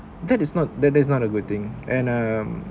that is not that that is not a good thing and um